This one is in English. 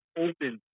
open